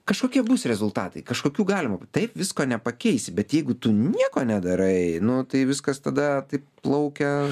kažkokie bus rezultatai kažkokių galima taip visko nepakeisi bet jeigu tu nieko nedarai nu tai viskas tada tai plaukia